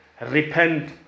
repent